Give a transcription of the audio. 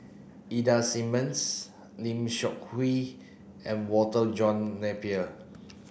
Ida Simmons Lim Seok Hui and Walter John Napier